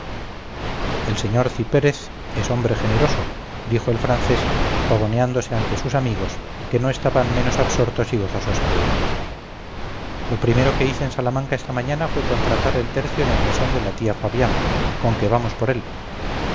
el sr cipérez es hombre generoso dijo el francés pavoneándose ante sus amigos que no estaban menos absortos y gozosos que él lo primero que hice en salamanca esta mañana fue contratar el tercio en el mesón de la tía fabiana conque vamos por él